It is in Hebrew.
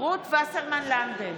רות וסרמן לנדה,